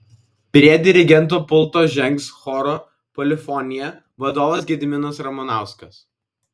prie dirigento pulto žengs choro polifonija vadovas gediminas ramanauskas